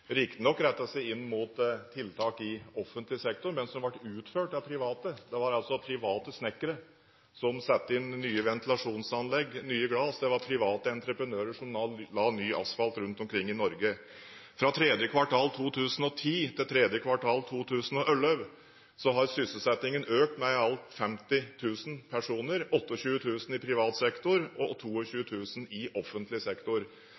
inn mot offentlig sektor, men de ble utført av private. Det var altså private snekkere som satte inn nye ventilasjonsanlegg og nye glass, det var private entreprenører som la ny asfalt rundt omkring i Norge. Fra tredje kvartal 2010 til tredje kvartal 2011 har sysselsettingen økt med i alt 50 000 personer – 28 000 i privat sektor og 22 000 i offentlig sektor.